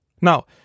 Now